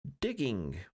digging